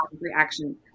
reaction